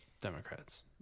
democrats